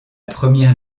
première